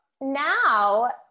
now